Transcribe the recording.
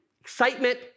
Excitement